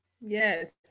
yes